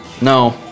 No